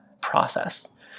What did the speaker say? process